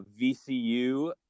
VCU